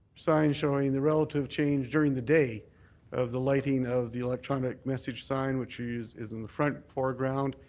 sign showing the relative change during the day of the lighting of the electronic message sign which is is in the front foreground,